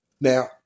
Now